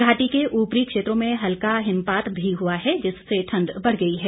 घाटी के ऊपरी क्षेत्रों में हल्का हिमपात भी हुआ है जिससे ठंड बढ़ गई है